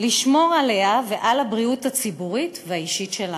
לשמור עליה ועל הבריאות הציבורית והאישית שלנו.